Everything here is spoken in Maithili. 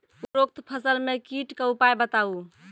उपरोक्त फसल मे कीटक उपाय बताऊ?